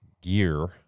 gear